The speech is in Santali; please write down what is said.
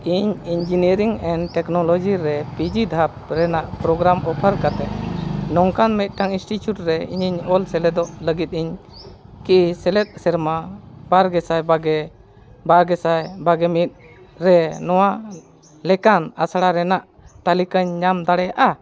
ᱤᱧ ᱤᱧᱡᱤᱱᱤᱭᱟᱨᱤᱝ ᱮᱱᱰ ᱴᱮᱠᱱᱳᱞᱚᱡᱤ ᱨᱮ ᱯᱤᱡᱤ ᱫᱷᱟᱯ ᱨᱮᱱᱟᱜ ᱯᱨᱚᱜᱨᱟᱢ ᱚᱯᱷᱟᱨ ᱠᱟᱛᱮᱫ ᱱᱚᱝᱠᱟ ᱢᱤᱫᱴᱟᱱ ᱤᱱᱥᱴᱤᱴᱤᱭᱩᱴ ᱨᱮ ᱤᱧᱤᱧ ᱚᱞ ᱥᱮᱞᱮᱫᱚᱜ ᱞᱟᱹᱜᱤᱫ ᱤᱧ ᱠᱤ ᱥᱮᱞᱮᱫ ᱥᱮᱨᱢᱟ ᱵᱟᱨ ᱜᱮᱥᱟᱭ ᱵᱟᱨᱜᱮ ᱵᱟᱨ ᱜᱮ ᱥᱟᱭ ᱵᱟᱨᱜᱮ ᱢᱤᱫ ᱨᱮ ᱱᱚᱣᱟ ᱞᱮᱠᱟᱱ ᱟᱥᱲᱟ ᱨᱮᱱᱟᱜ ᱛᱟᱹᱞᱤᱠᱟᱧ ᱧᱟᱢ ᱫᱟᱲᱮᱭᱟᱜᱼᱟ